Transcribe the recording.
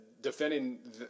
defending